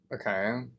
Okay